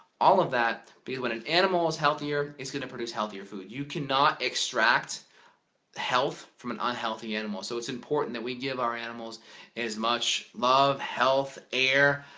all of that because when an animal is healthier it's going to produce healthier food. you cannot extract health from and unhealthy animal. so it's important that we give our animals as much love, health, air,